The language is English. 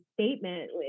statement